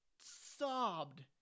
sobbed